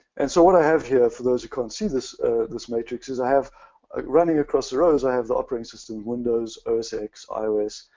and so what i have here for those who can't see this this matrix is i have running across the rows i have the operating system, windows, osx, ios,